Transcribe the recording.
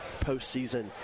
postseason